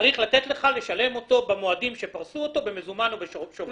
צריך לתת לך לשלם אותו במועדים שפרסו אותו במוזמן או בשובר.